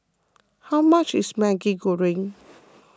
how much is Maggi Goreng